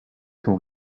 sont